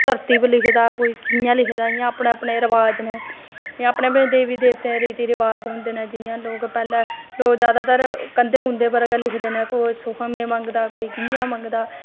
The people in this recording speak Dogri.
धरती पर लिखदा कोई कियां लिखदा इ'यां अपने अपने रवाज नै अपने अपने देवी देवतें दे रिति रिवाज होंदे नै जियां लोग पैह्लैं लोग जैदातर कंधें कुंधें पर गै लिखदे नै कोई सुखम मंगदा कोई कियां मंगदा